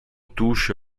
touche